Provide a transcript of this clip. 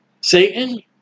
Satan